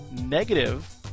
negative